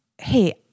hey